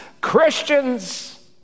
Christians